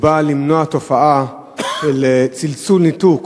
הוא בא למנוע תופעה של צלצול-ניתוק,